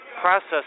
process